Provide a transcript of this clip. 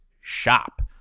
shop